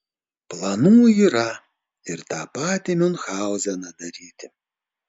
planų yra ir tą patį miunchauzeną daryti